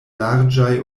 larĝaj